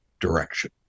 direction